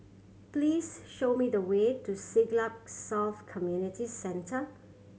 please show me the way to Siglap South Community Centre